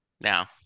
now